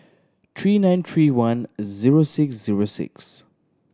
three nine three one zero six zero six